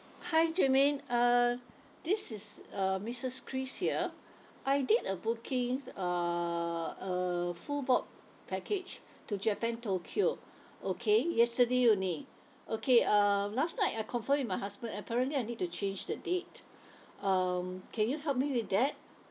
hi jermaine uh this is uh missus chris here I did a booking uh a full board package to japan tokyo okay yesterday only okay um last night I confirm with my husband apparently I need to change the date um can you help me with that